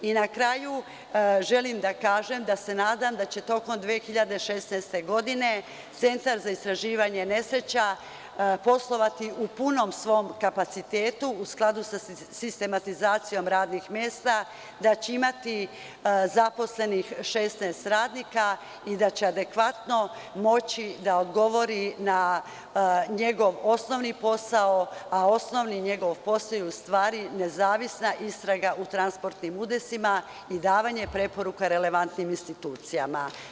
Na kraju, želim da kažem da se nadam da će tokom 2016. godine centar za istraživanje nesreća poslovati u punom svom kapacitetu, u skladu sa sistematizacijom radnih mesta, da će imati zaposlenih 16 radnika i da će adekvatno moći da odgovori na njegov osnovni posao, a njegov osnovni posao je u stvari nezavisna istraga u transportnim udesima i davanje preporuka relevantnim institucijama.